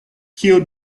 kio